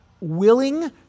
willing